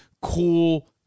cool